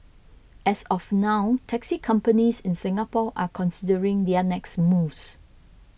as of now taxi companies in Singapore are considering their next moves